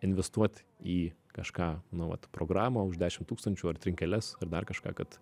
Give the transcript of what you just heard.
investuot į kažką nu vat programą už dešimt tūkstančių ar trinkeles ar dar kažką kad